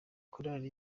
korali